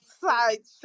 Side